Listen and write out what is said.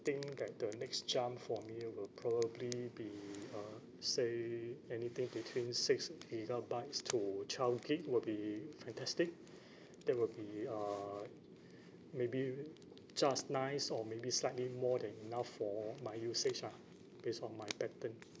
think that the next jump for me will probably be uh say anything between six gigabytes to twelve gig will be fantastic that will be uh maybe just nice or maybe slightly more than enough for my usage ah based on my pattern